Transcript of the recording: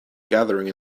gathering